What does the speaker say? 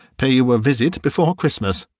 pay you a visit before christmas.